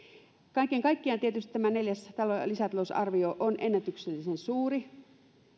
kaiken kaikkiaan tietysti tämä neljäs lisätalousarvio on ennätyksellisen suuri